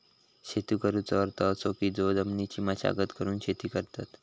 शेती करुचो अर्थ असो की जो जमिनीची मशागत करून शेती करतत